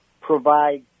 provide